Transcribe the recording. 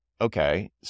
okay